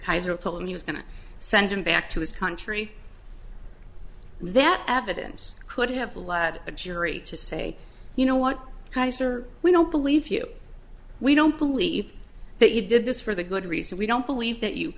kaiser told him he was going to send him back to his country and that evidence could have allowed a jury to say you know what kinds or we don't believe you we don't believe that you did this for the good reason we don't believe that you